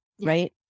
right